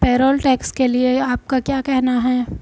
Payroll tax के लिए आपका क्या कहना है?